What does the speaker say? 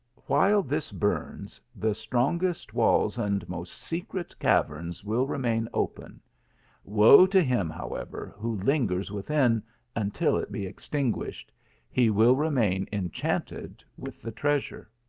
while this burns, the strongest walls and most secret caverns will remain open woe to him, however, who lingers within until it be extinguished he will remain enchanted with the treasure.